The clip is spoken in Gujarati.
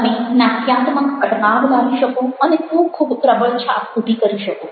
તમે નાટ્યાત્મક અટકાવ લાવી શકો અને ખૂબ ખૂબ પ્રબળ છાપ ઉભી કરી શકો